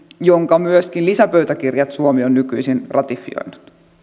jonka lisäpöytäkirjat suomi on myöskin nykyisin ratifioinut